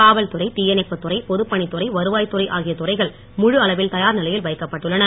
காவல் துறை தீயணைப்பு துறை பொதுப்பணித்துறை வருவாய் துறை ஆகிய துறைகள் முழு அளவில் தயார் நிலையில் வைக்கப்பட்டுள்ளன